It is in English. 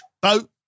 Boat